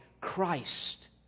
Christ